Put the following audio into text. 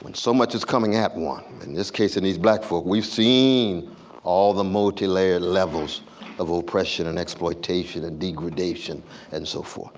when so much is coming at one? in this case of these black folk we seen all the multi-layered levels of oppression and exploitation and degradation and so forth.